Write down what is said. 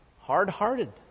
hard-hearted